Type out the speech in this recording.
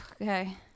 okay